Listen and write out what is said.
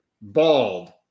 bald